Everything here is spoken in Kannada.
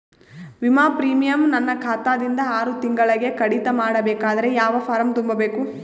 ವಿಮಾ ಪ್ರೀಮಿಯಂ ನನ್ನ ಖಾತಾ ದಿಂದ ಆರು ತಿಂಗಳಗೆ ಕಡಿತ ಮಾಡಬೇಕಾದರೆ ಯಾವ ಫಾರಂ ತುಂಬಬೇಕು?